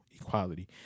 equality